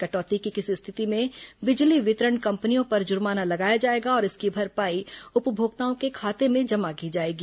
कटौती की किसी स्थिति में बिजली वितरण कम्पनियों पर जुर्माना लगाया जाएगा और इसकी भरपाई उपभोक्ताओं के खाते में जमा की जाएगी